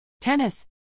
Tennis